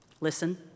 Listen